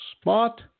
spot